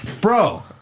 Bro